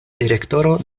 direktoro